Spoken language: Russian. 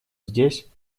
здесь